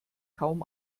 kaum